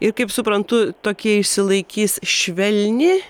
ir kaip suprantu toki išsilaikys švelni